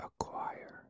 Acquire